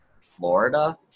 florida